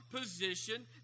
position